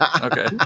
Okay